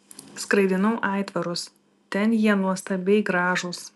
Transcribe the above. skraidinau aitvarus ten jie nuostabiai gražūs